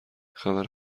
خبر